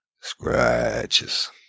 Scratches